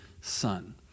son